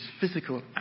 physical